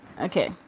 okay